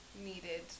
needed